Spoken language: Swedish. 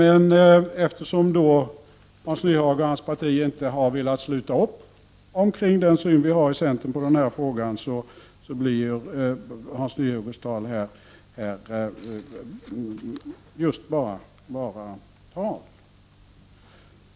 Eftersom Hans Nyhage och hans parti inte har velat sluta upp kring den syn som vi har i centern på denna fråga blir Hans Nyhages tal just bara tal.